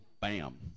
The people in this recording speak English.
Bam